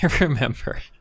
remember